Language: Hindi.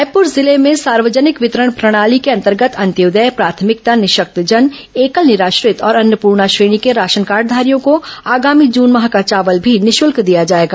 रायपुर जिले में सार्वजनिक वितरण प्रणाली के अंतर्गत अंत्योदय प्राथमिकता निःशक्तजन एकल निराश्रित और अन्नपूर्णा श्रेणी के राशन कार्डघारियों को आगामी जून माह का चावल भी निःशुल्क दिया जाएगा